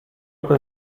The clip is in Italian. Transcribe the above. open